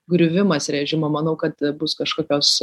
griuvimas režimo manau kad bus kažkokios